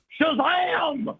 Shazam